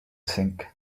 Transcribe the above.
think